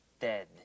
dead